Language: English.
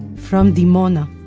from dimona.